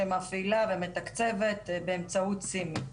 שמפעילה ומתקצבת באמצעות סימי.